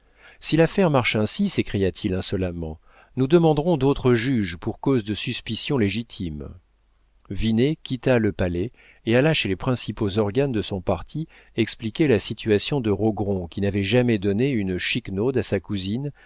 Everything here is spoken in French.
si l'affaire marche ainsi s'écria-t-il insolemment nous demanderons d'autres juges pour cause de suspicion légitime vinet quitta le palais et alla chez les principaux organes de son parti expliquer la situation de rogron qui n'avait jamais donné une chiquenaude à sa cousine